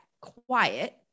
quiet